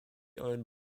owned